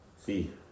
See